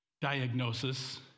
diagnosis